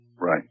Right